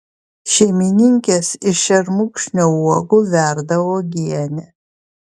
šeimininkės iš šermukšnio uogų verda uogienę